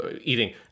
eating